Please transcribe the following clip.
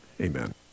Amen